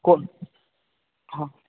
ಕೊ ಹಾಂ